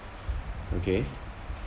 okay